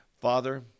Father